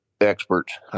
experts